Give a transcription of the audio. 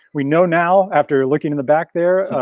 we know now after looking in the back there,